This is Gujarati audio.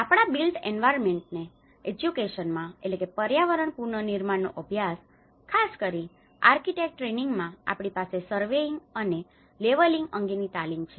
આપણા બિલ્ટ એન્વાયર્નમેન્ટ એજ્યુકેશનમાં built environment education પર્યાવરણ પુનનિર્માણનો અભ્યાસ ખાસ કરીને આર્કિટેક્ટ ટ્રેનિંગમાં આપણી પાસે સર્વેયીંગ surveying સર્વેક્ષણ અને લેવલીંગ અંગેની તાલીમ છે